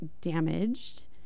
Damaged